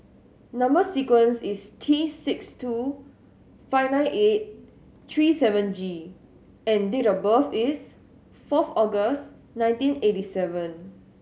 number sequence is T six two five nine eight three seven G and date of birth is fourth August nineteen eighty seven